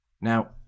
Now